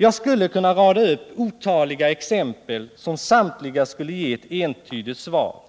Jag skulle kunna rada upp otaliga exempel, som samtliga skulle ge ett entydigt svar,